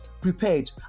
prepared